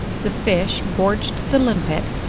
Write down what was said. the fish gorged the limpet,